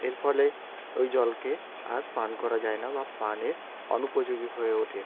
এর ফলে ওই জলকে আর পান করা যায় না বা পানের অনুপযোগী হয়ে ওঠে